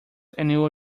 annual